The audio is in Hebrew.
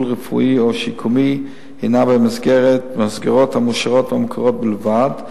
רפואי או שיקומי הינה במסגרות המאושרות והמוכרות בלבד,